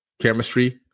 Chemistry